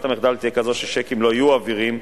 המחדל תהיה כזאת שצ'קים לא יהיו עבירים,